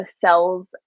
cells